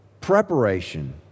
preparation